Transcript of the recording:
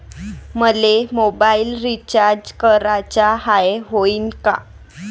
मले mobile recharge कराचा हाय, होईनं का?